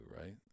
right